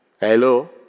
Hello